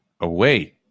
away